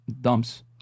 dumps